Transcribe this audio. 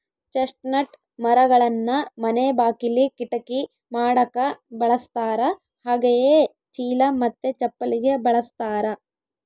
chestnut ಮರಗಳನ್ನ ಮನೆ ಬಾಕಿಲಿ, ಕಿಟಕಿ ಮಾಡಕ ಬಳಸ್ತಾರ ಹಾಗೆಯೇ ಚೀಲ ಮತ್ತೆ ಚಪ್ಪಲಿಗೆ ಬಳಸ್ತಾರ